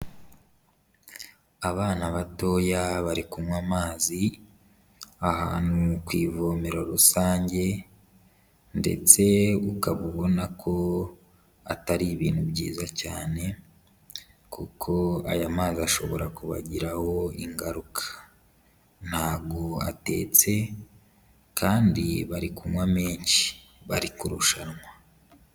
Abana batoya bari kunywa amazi ahantu ku ivomero rusange, ndetse ukaba ubona ko atari ibintu byiza cyane, kuko aya mazi ashobora kubagiraho ingaruka. Ntabwo atetse kandi bari kunywa menshi. Bari kurushanwa.